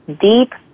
deep